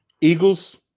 Eagles